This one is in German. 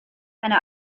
eine